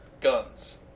guns